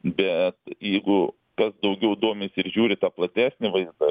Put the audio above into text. bet jeigu kas daugiau domisi ir žiūri tą platesnį vaizdą